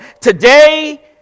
Today